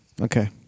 Okay